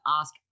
ask